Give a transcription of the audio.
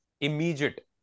immediate